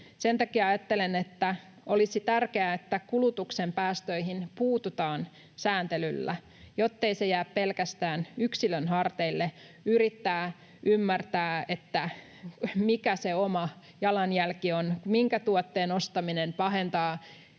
Sen takia ajattelen, että olisi tärkeää, että kulutuksen päästöihin puututaan sääntelyllä, jottei jää pelkästään yksilön harteille yrittää ymmärtää, mikä se oma jalanjälki on, minkä tuotteen ostaminen pahentaa